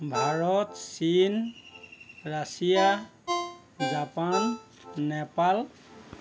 ভাৰত চীন Russia Japan Nepal